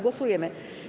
Głosujemy.